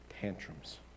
tantrums